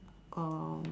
um